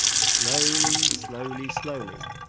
slowly, slowly, slowly,